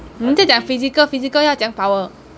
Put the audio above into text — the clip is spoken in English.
你在讲 physical physical 要酱 power